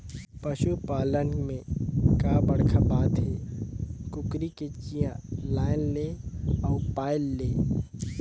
पसू पालन में का बड़खा बात हे, कुकरी के चिया लायन ले अउ पायल ले